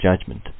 judgment